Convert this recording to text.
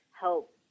help